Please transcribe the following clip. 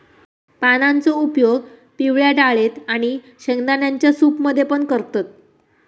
पानांचो उपयोग पिवळ्या डाळेत आणि शेंगदाण्यांच्या सूप मध्ये पण करतत